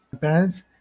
parents